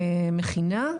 המכינה,